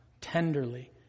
tenderly